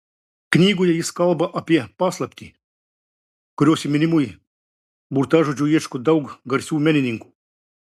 knygoje jis kalba apie paslaptį kurios įminimui burtažodžio ieško daug garsių menininkų